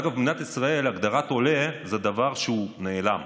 אגב, במדינת ישראל הגדרת עולה זה דבר שהוא נעלם.